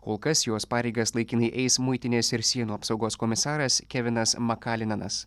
kol kas jos pareigas laikinai eis muitinės ir sienų apsaugos komisaras kevinas makalinanas